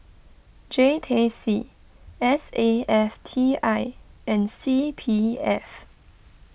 J T C S A F T I and C P F